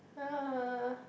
yeah